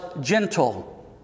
gentle